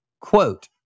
quote